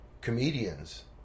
comedians